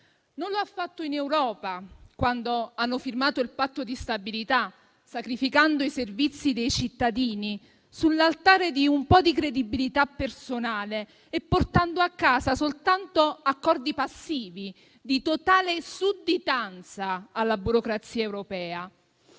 Non l'ha fatto in Europa, quando hanno firmato il Patto di stabilità, sacrificando i servizi dei cittadini sull'altare di un po' di credibilità personale e portando a casa soltanto accordi passivi di totale sudditanza alla burocrazia europea,